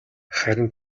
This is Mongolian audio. харин